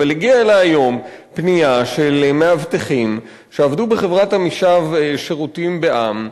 אבל הגיעה אלי היום פנייה של מאבטחים שעבדו בחברת "עמישב שירותים בע"מ".